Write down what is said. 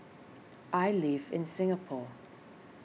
I live in Singapore